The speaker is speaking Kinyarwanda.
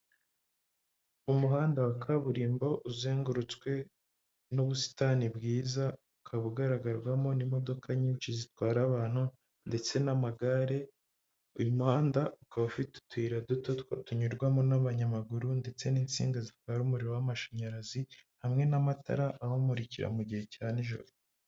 Umuhanda wa kaburimbo uzengurutswe n'ubusitani bwiza ukaba ugaragarwamo n' imodokadoka nyinshi zitwara abantu ndetse n'amagare, uyu muhanda ukaba ufite utuyira duto tunyurwamo n'abanyamaguru ndetse n'insinga zitwara umuriro w'amashanyarazi hamwe n'amatara awumurikira mu gihe cya nijoro.